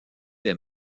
des